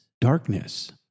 darkness